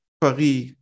Paris